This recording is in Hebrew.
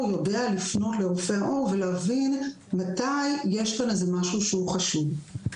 יודע לפנות לרופאי עור ולהבין מתי יש כאן משהו שהוא חשוד.